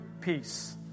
peace